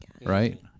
Right